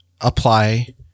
apply